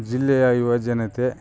ಜಿಲ್ಲೆಯ ಯುವ ಜನತೆ